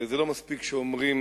זה לא מספיק שאומרים: